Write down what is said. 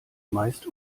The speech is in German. meist